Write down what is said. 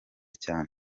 cyane